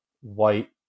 white